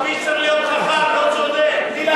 צריך להיות חכם, לא צודק.